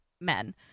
men